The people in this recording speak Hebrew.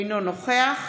אינו נוכח